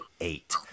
eight